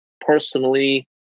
personally